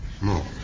more